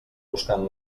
buscant